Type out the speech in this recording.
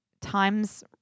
Times